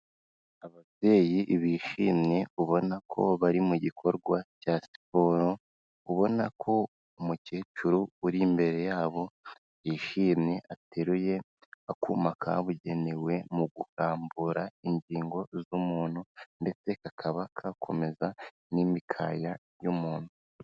Ababyeyi bishimye ubona ko bari mu gikorwa cya siporo, ubona ko umukecuru uri imbere yabo yishimye ateruye akuma kabugenewe mu kurambura ingingo z'umuntu ndetse kakaba gakomeza n'imikaya y'umuntu.